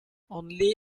only